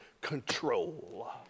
control